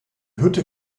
hütte